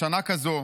בשנה כזאת,